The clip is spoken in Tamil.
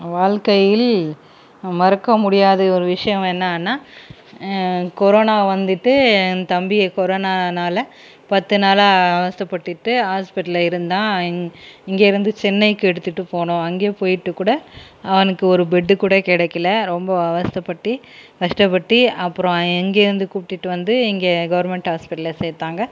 வாழ்க்கையில் மறக்க முடியாத ஒரு விஷயம் என்னான்னா கொரோனா வந்துவிட்டு என் தம்பியை கொரோனானாவில பத்து நாளாக அவஸ்தைப்பட்டுட்டு ஹாஸ்பிட்டலில் இருந்தான் இங்க இங்கேருந்து சென்னைக்கு எடுத்துகிட்டுப் போனோம் அங்கே போயிவிட்டு கூட அவனுக்கு ஒரு பெட்டு கூட கிடைக்கல ரொம்ப அவஸ்தைப்பட்டு கஷ்டப்பட்டு அப்புறம் அங்கேருந்து கூட்டிகிட்டு வந்து இங்கே கவுர்மெண்ட் ஹாஸ்பிட்டலில் சேர்த்தாங்க